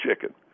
chicken